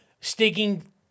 sticking